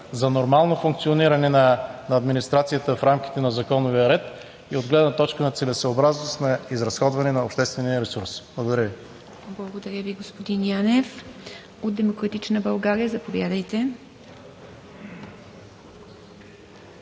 за нормално функциониране на администрацията в рамките на законовия ред и от гледна точка на целесъобразност на изразходване на обществения ресурс. Благодаря Ви. ПРЕДСЕДАТЕЛ ИВА МИТЕВА: Благодаря Ви, господин Янев. От „Демократична България“? Заповядайте,